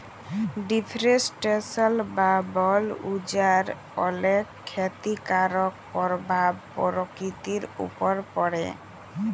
deforestation বা বল উজাড় অলেক খ্যতিকারক পরভাব পরকিতির উপর পড়ে